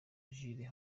jules